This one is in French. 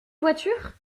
voiture